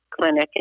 clinic